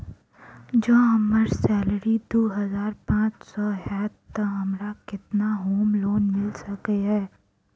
जँ हम्मर सैलरी दु हजार पांच सै हएत तऽ हमरा केतना होम लोन मिल सकै है?